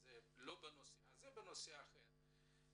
לא בנושא הזה אלא בנושא אחר,